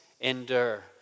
endure